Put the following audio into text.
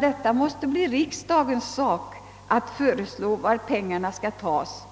Det måste bli riksdagens sak att föreslå, var pengarna skall tas.